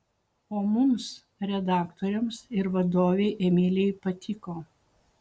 o mums redaktoriams ir vadovei emilijai patiko